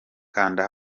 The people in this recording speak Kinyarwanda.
kanda